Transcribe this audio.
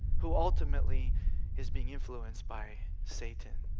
who ultimately is being influenced by satan.